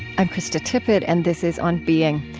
i'm krista tippett, and this is on being.